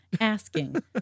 Asking